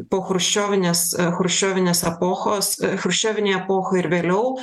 po chruščiovinės chruščiovinės epochos chruščiovinėj epochoj ir vėliau